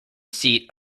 seat